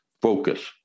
focus